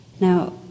Now